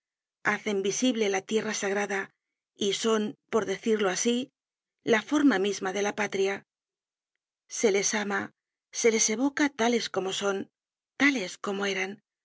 hacen visible la tierra sagrada y son por decirlo asi la forma misma de la patria se les ama se les evoca tales como son tales como eran